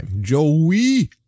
Joey